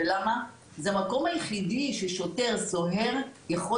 כי זה המקום היחידי שבו שוטר או סוהר יכול